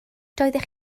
doeddech